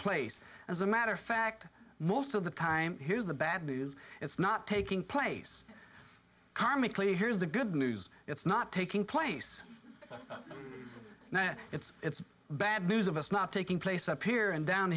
place as a matter of fact most of the time here's the bad news it's not taking place comically here's the good news it's not taking place now it's it's bad news of us not taking place up here and down